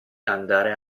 andare